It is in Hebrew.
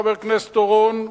חבר הכנסת אורון,